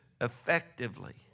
effectively